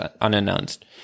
unannounced